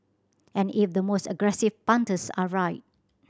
and if the most aggressive punters are right